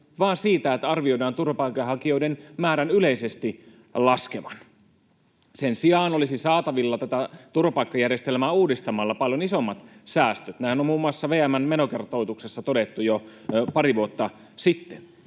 vaan siitä, että arvioidaan turvapaikanhakijoiden määrän yleisesti laskevan. Sen sijaan olisi saatavilla tätä turvapaikkajärjestelmää uudistamalla paljon isommat säästöt. Näin on muun muassa VM:n menokartoituksessa todettu jo pari vuotta sitten.